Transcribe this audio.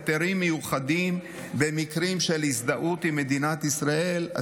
היתרים מיוחדים במקרים של הזדהות עם מדינת ישראל או